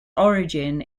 origin